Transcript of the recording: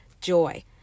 joy